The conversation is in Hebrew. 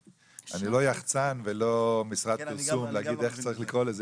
אני לא יחצן ולא משרד פרסום להגיד איך צריך לקרוא לזה.